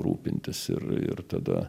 rūpintis ir ir tada